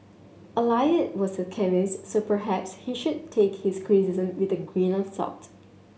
Eliot was a chemist so perhaps he should take his criticism with a grain of salt